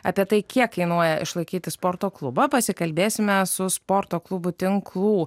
apie tai kiek kainuoja išlaikyti sporto klubą pasikalbėsime su sporto klubų tinklų